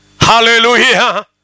Hallelujah